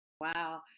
Wow